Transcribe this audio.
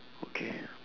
okay